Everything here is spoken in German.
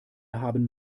haben